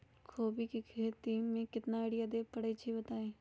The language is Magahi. कोबी के खेती मे केतना यूरिया देबे परईछी बताई?